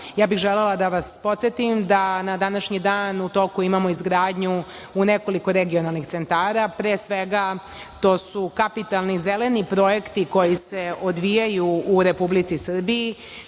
bih da vas podsetim da na današnji dan u toku imamo izgradnju u nekoliko regionalnih centara, a pre svega to su kapitalni zeleni projekti koji se odvijaju u Republici Srbiji,